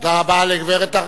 תודה רבה לחברת